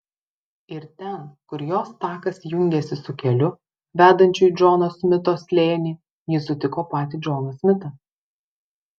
ir ten kur jos takas jungėsi su keliu vedančiu į džono smito slėnį ji sutiko patį džoną smitą